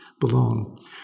belong